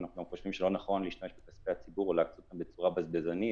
ואנחנו חושבים שלא נכון להשתמש בכספי הציבור ולהקצות בצורה בזבזנית,